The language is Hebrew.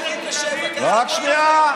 1977, רק שנייה.